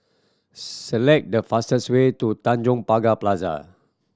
select the fastest way to Tanjong Pagar Plaza